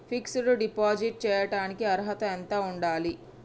Fix డ్ deposit చేయటానికి అర్హత ఎంత ఉండాలి?